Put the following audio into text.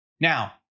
Now